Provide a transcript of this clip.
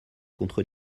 contre